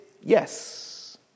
yes